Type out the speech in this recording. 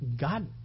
God